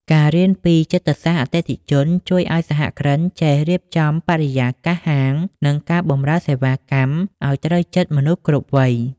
ការរៀនពី "ចិត្តសាស្ត្រអតិថិជន" ជួយឱ្យសហគ្រិនចេះរៀបចំបរិយាកាសហាង និងការបម្រើសេវាកម្មឱ្យត្រូវចិត្តមនុស្សគ្រប់វ័យ។